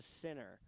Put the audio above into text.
sinner